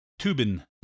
Tubin